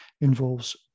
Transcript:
involves